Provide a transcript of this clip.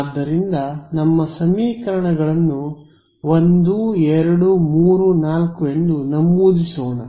ಆದ್ದರಿಂದ ನಮ್ಮ ಸಮೀಕರಣಗಳನ್ನು 1 2 3 4 ಎಂದು ನಮೂದಿಸೋಣ